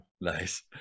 nice